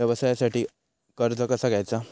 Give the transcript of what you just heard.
व्यवसायासाठी कर्ज कसा घ्यायचा?